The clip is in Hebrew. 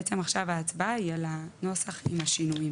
בעצם, עכשיו ההצבעה היא על הנוסח עם השינויים.